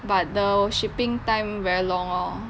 but the shipping time very long lor